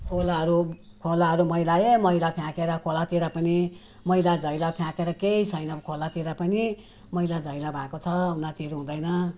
खोलाहरू खोलाहरू मैला ए मैला फ्याँकेर खोलातिर पनि मैलाधैला फ्याँकेर केही छैन खोलातिर पनि मैलाधैला भएको छ उन्नतिहरू हुँदैन